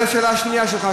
זאת לשאלה השנייה שלך,